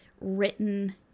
written